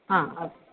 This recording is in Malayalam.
ആ